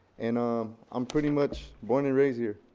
and um i'm pretty much born and raised here.